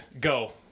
Go